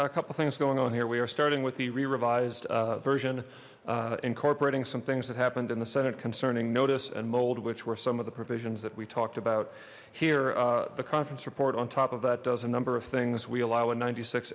a couple things going on here we are starting with the re revised version incorporating some things that happened in the senate concerning notice and mold which were some of the provisions that we talked about here the conference report on top of that does a number of things we allow a ninety six